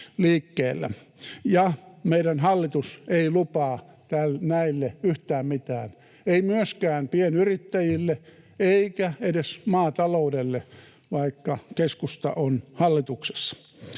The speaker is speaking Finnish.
meidän hallitus ei lupaa näille yhtään mitään, ei myöskään pienyrittäjille eikä edes maataloudelle, vaikka keskusta on hallituksessa.